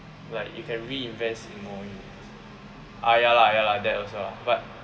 like you can reinvest in more ah ya lah ya lah that also lah but